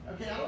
okay